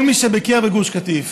כל מי שביקר בגוש קטיף,